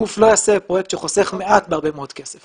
גוף לא יעשה פרויקט שחוסך מעט בהרבה מאוד כסף.